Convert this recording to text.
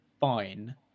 fine